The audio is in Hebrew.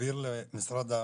להעביר למשרד הרווחה?